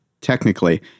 technically